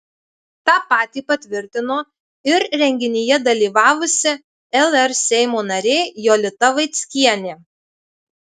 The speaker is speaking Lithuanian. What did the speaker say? tą patį patvirtino ir renginyje dalyvavusi lr seimo narė jolita vaickienė